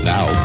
Now